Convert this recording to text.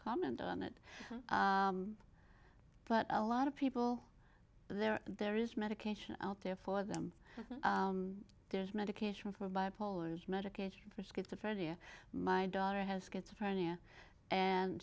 comment on it but a lot of people there there is medication out there for them there's medication for bipolar medication for schizophrenia my daughter has schizophrenia and